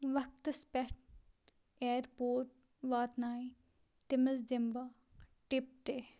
وَقتَس پیٹھ ایرپوٹ واتنایہِ تٔمِس دِمہٕ بہٕ ٹِپ تہِ